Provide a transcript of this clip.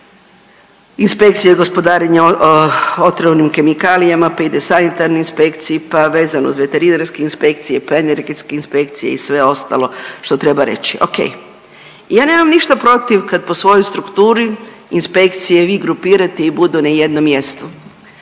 inspekcija gospodarenjem otrovnim kemikalijama, pa ide sanitarna inspekciji, pa vezano uz veterinarske inspekcije, pa energetske inspekcije i sve ostalo što treba reći. Ok, ja nemam ništa protiv kad po svojoj strukturi inspekcije vi grupirate i budu na jednom mjestu.